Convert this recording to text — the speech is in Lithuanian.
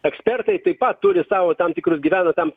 ekspertai taip pat turi sau tam tikrus gyvena tam